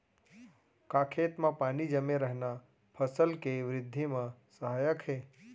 का खेत म पानी जमे रहना फसल के वृद्धि म सहायक हे?